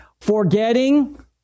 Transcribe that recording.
forgetting